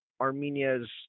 Armenia's